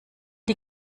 die